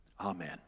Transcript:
Amen